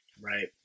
Right